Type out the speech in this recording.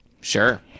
sure